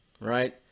right